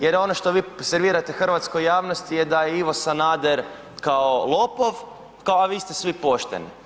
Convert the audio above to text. Jer ono što vi servirate hrvatskoj javnosti je da je Ivo Sanader kao lopov, a vi ste svi pošteni.